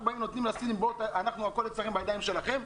אנחנו אומרים לסינים שהכול בידיים שלהם?